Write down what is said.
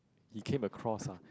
he came across ah